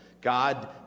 God